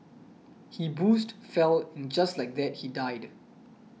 he boozed fell and just like that he died